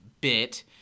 bit